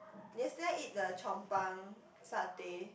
yesterday I eat the Chong-Pang satay